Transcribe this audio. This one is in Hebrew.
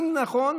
אם נכון,